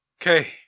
Okay